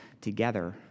together